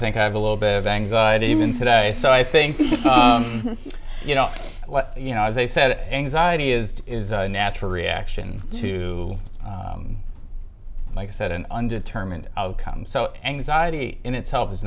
think i have a little bit of anxiety even today so i think you know what you know as they said anxiety is is a natural reaction to like i said an undetermined outcome so anxiety in itself is